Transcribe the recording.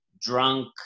drunk